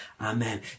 Amen